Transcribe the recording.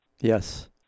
Yes